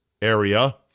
area